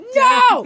no